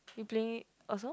you play it also